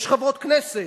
יש חברות כנסת.